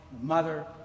mother